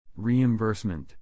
reimbursement